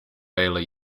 baylor